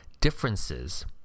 differences